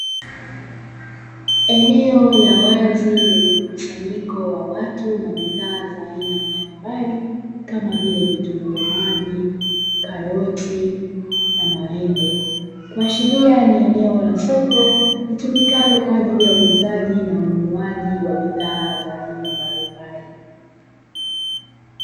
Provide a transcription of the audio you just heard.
Eneo la wazi lenye mkusanyiko wa watu na bidhaa za aina mbalimbali, kama vile:vitunguu maji, karoti na maembe, kuashiria ni eneo la soko, litumikalo kwa ajili ya uuzaji na ununuaji wa bidhaa za aina mbalimbali.